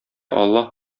аллаһ